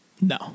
No